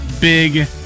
big